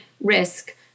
risk